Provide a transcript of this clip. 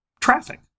traffic